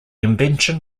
invention